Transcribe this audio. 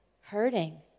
hurting